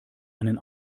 einen